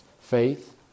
faith